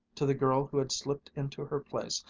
to the girl who had slipped into her place,